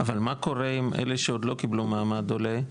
אבל, מה קורה עם אלה שעוד לא קיבלו מעמד עולה?